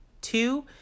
Two